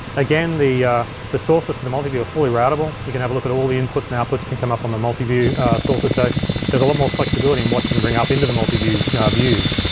again, the the sources to the multiview are fully routable. you can have a look at all the inputs and outputs can come up on the multiview sources. so there's a lot more flexibility in watching them bring up into the multiview yeah views.